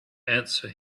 answer